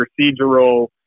procedural